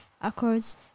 accords